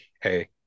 hey